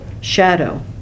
shadow